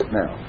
now